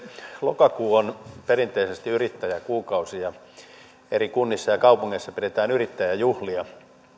lokakuu on perinteisesti yrittäjän kuukausi ja eri kunnissa ja kaupungeissa pidetään yrittäjäjuhlia